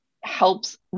helps